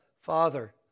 Father